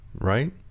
right